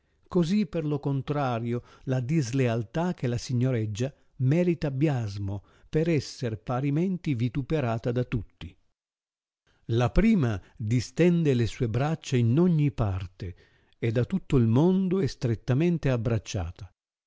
così per lo contrario la dislealtà che la signoreggia merita biasmo per esser parimenti vituperata da tutti la prima distende le sue braccia in ogni parte e da tutto il mondo è strettamente abbracciata